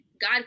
God